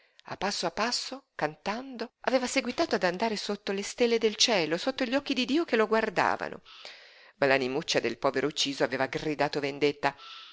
a passo a passo cantando aveva seguitato ad andare sotto le stelle del cielo sotto gli occhi di dio che lo guardavano ma l'animuccia del povero ucciso aveva gridato vendetta